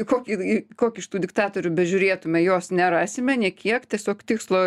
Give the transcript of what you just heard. kokį kokį iš tų diktatorių bežiūrėtume jos nerasime nė kiek tiesiog tikslo